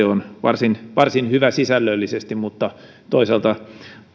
on varsin varsin hyvä sisällöllisesti mutta toisaalta